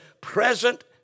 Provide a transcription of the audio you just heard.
present